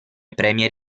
premier